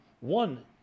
One